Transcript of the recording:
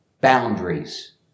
boundaries